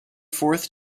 fourth